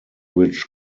which